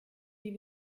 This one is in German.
die